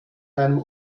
einem